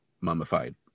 mummified